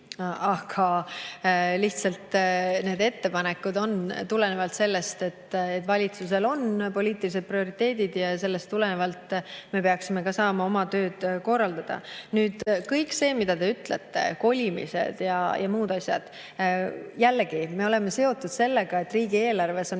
Aga lihtsalt need ettepanekud tulenevad sellest, et valitsusel on poliitilised prioriteedid. Sellest tulenevalt me peaksime saama oma tööd korraldada. Kõik see, mida te ütlete, kolimised ja muud asjad … Jällegi, me oleme seotud sellega, et riigieelarves on